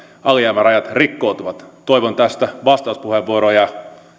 alijäämärajat rikkoutuvat toivon vastauspuheenvuoroja